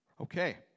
Okay